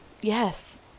yes